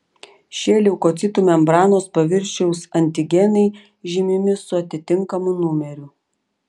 šie leukocitų membranos paviršiaus antigenai žymimi su atitinkamu numeriu